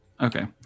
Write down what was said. Okay